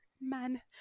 man